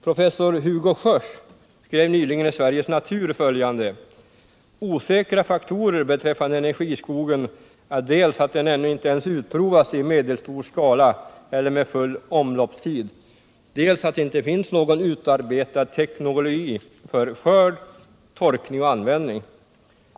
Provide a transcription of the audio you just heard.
Professor Hugo Sjörs skrev nyligen i Sveriges Natur följande: ”Osäkra faktorer beträffande energiskogen är dels att den ännu inte ens utprovats i medelstor skala eller med full omloppstid, dels att det inte finns någon utarbetad teknologi för skörd, torkning och användning.